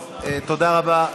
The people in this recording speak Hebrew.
רבה.